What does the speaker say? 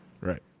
Right